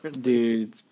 Dude